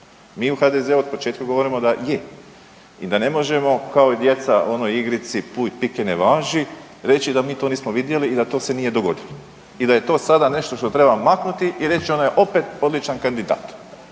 Mi u HDZ o početka govorimo da je i da ne možemo kao i djeca u onoj igrici puj pike ne važi reći da mi to nismo vidjeli i da to se nije dogodilo i da je to sada nešto što treba maknuti i reći ona je opet odličan kandidat.